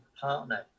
partner